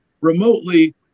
remotely